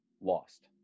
Lost